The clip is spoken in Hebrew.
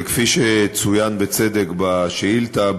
וכפי שצוין בצדק בשאילתה,